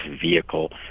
vehicle